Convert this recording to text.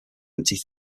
empty